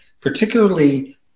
particularly